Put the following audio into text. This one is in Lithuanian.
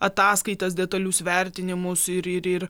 ataskaitas detalius vertinimus ir ir ir